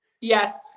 Yes